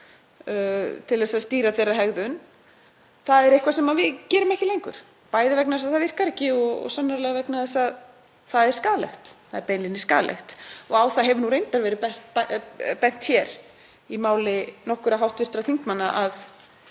til að stýra hegðun þeirra. Það er eitthvað sem við gerum ekki lengur, bæði vegna þess að það virkar ekki og sannarlega vegna þess að það er skaðlegt, það er beinlínis skaðlegt. Á það hefur reyndar verið bent hér í máli nokkurra hv. þingmanna að